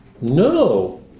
no